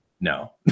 no